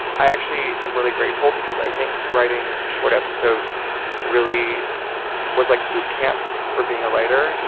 i actually am really grateful because i think writing short episodes really was, like, boot camp for being a writer.